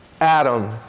Adam